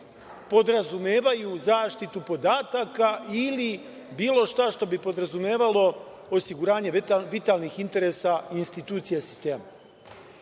podrazumevaju zaštitu podataka ili bilo šta što bi podrazumevalo osiguranje vitalnih interesa i institucija sistema. Ono